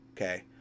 Okay